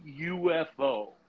ufo